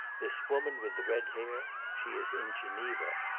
this woman with the red hair she is in geneva.